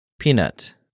Peanut